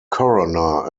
coroner